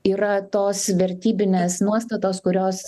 yra tos vertybinės nuostatos kurios